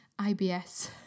IBS